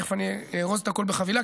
תכף אני אארוז את הכול בחבילה,